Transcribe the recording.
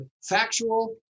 factual